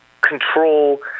control